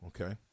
okay